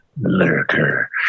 lurker